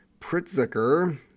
Pritzker